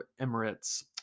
Emirates